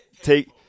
take